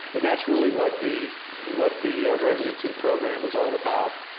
and that's really what the what the residency program is all about.